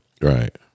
Right